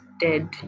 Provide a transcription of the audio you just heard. dead